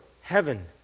heaven